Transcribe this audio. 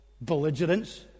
belligerence